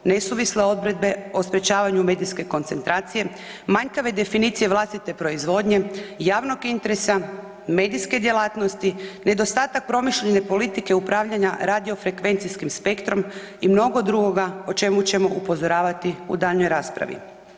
Nesuvisle odredbe o sprečavanju medijske koncentracije, manjkave definicije vlastite proizvodnje, javnog interesa, medijske djelatnosti, nedostatak promišljene politike upravljanja radiofrekvencijskim spektrom i mnogo drugoga o čemu ćemo upozoravati u daljnjoj raspravi.